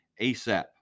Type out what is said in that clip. ASAP